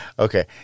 Okay